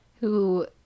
Who-